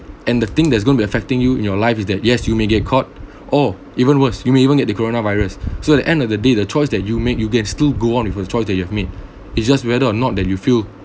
and the thing that's going to be affecting you in your life is that yes you may get caught or even worse you may even get the coronavirus so at the end of the day the choice that you make you can still go on with the choice that you have made it's just whether or not that you feel